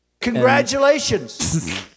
Congratulations